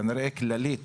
כנראה כללית,